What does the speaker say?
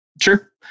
Sure